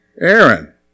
Aaron